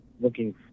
looking